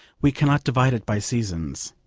we cannot divide it by seasons.